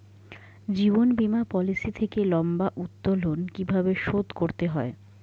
জীবন বীমা পলিসি থেকে লম্বা উত্তোলন কিভাবে শোধ করতে হয়?